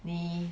你